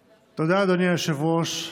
תודה, אדוני היושב-ראש.